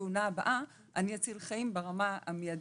התאונה הבאה אני אציל חיים ברמה המיידית.